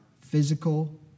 physical